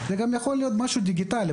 יכול להיות גם משהו דיגיטלי.